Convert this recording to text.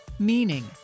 meaning